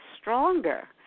stronger